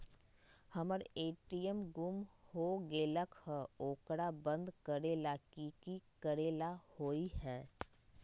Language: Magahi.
हमर ए.टी.एम गुम हो गेलक ह ओकरा बंद करेला कि कि करेला होई है?